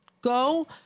go